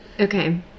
Okay